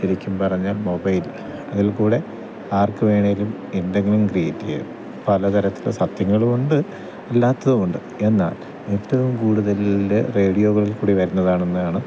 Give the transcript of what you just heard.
ശരിക്കും പറഞ്ഞാൽ മൊബൈൽ അതിൽകൂടെ ആർക്ക് വേണേലും എന്തെങ്കിലും ക്രീയെറ്റെയ്യാം പല തരത്തില് സത്യങ്ങളൂണ്ട് അല്ലാത്തതുമുണ്ട് എന്നാൽ ഏറ്റവും കൂടുതല് റേഡിയോകളിൽ കൂടി വരുന്നതാണ് എന്നാണ്